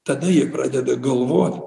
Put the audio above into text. tada jie pradeda galvot